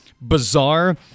bizarre